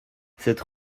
cette